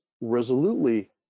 resolutely